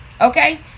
okay